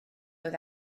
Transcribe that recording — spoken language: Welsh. oedd